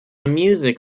music